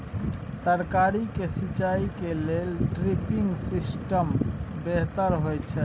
तरकारी के सिंचाई के लेल ड्रिपिंग सिस्टम बेहतर होए छै?